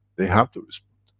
they have to respond.